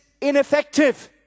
ineffective